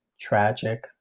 tragic